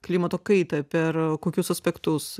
klimato kaitą per kokius aspektus